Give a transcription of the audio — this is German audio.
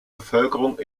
bevölkerung